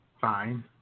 Fine